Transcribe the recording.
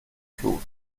flut